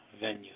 venue